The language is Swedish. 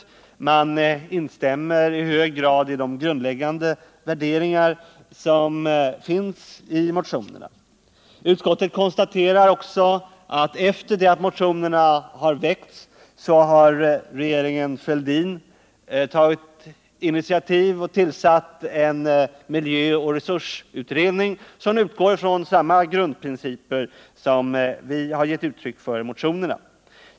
Utskottet instämmer i hög grad i de grundläggande värderingar som redovisas i motionerna. Utskottet konstaterar också att efter det att motionerna väckts har regeringen Fälldin tillsatt en miljöoch resursutredning som utgår från samma grundprinciper som vi har gett uttryck för i motionerna.